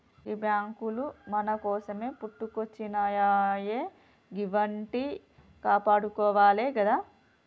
గీ బాంకులు మన కోసమే పుట్టుకొచ్జినయాయె గివ్విట్నీ కాపాడుకోవాలె గదా